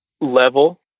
level